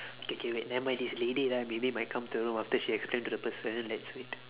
okay K wait nevermind this lady right maybe might come to our room after she explain to the person let's wait